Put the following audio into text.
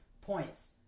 points